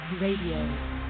Radio